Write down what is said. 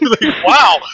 wow